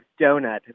donut